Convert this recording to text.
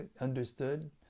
understood